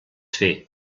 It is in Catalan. fer